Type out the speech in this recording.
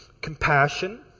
compassion